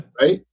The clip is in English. Right